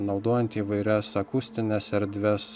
naudojant įvairias akustines erdves